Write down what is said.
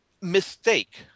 mistake